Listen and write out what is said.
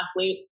athlete